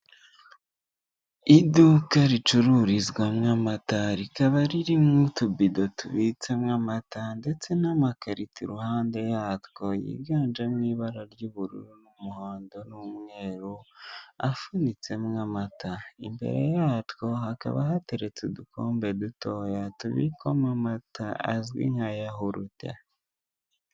Iduka ricururizwamo amata rikaba ririmo utubido tubitsemo amata ndetse n'amakarita iruhande yatwo yiganje mu ibara ry'ubururu n'umuhondo n'umweru afunitsemo amata, imbere yatwo hakaba hateretse udukombe dutoya tubikwoma amata azwi nka yahurute.